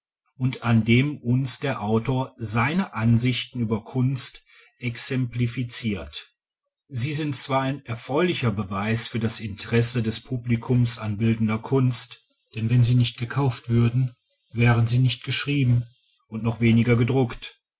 und an dem uns der autor seine ansichten über kunst exemplifiziert sie sind zwar ein erfreulicher beweis für das interesse des publikums an bildender kunst denn wenn sie nicht gekauft würden wären sie nicht geschrieben und noch weniger gedruckt